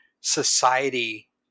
society